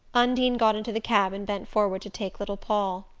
undine got into the cab and bent forward to take little paul.